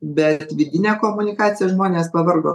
bet vidinė komunikacija žmonės pavargo